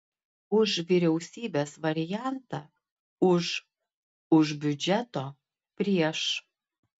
už vyriausybės variantą už už biudžeto prieš